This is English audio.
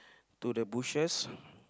to the bushes